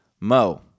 Mo